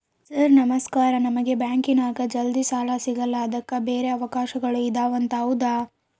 Sir ನಮಸ್ಕಾರ ನಮಗೆ ಬ್ಯಾಂಕಿನ್ಯಾಗ ಜಲ್ದಿ ಸಾಲ ಸಿಗಲ್ಲ ಅದಕ್ಕ ಬ್ಯಾರೆ ಅವಕಾಶಗಳು ಇದವಂತ ಹೌದಾ?